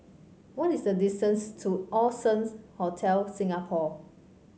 what is the distance to Allson's Hotel Singapore